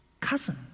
cousin